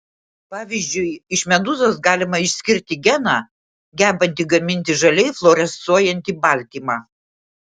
pavyzdžiui iš medūzos galima išskirti geną gebantį gaminti žaliai fluorescuojantį baltymą